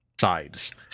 sides